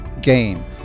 game